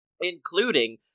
including